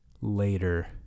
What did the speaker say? later